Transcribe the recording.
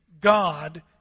God